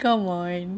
come on